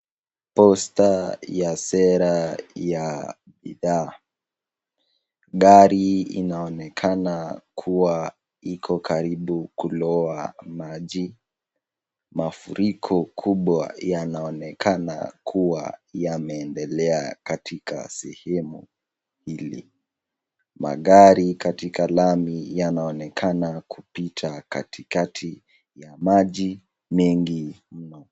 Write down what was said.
Poster ya sera ya bidhaa. Gari inaonekana kuwa iko karibu kuloa maji. Mafuriko kubwa yanaonekana kuwa yameendelea katika sehemu hili. Magari katika lami yanaonekana kupita katikati ya maji mengi mno.